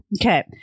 Okay